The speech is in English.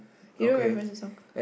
you know right my friends some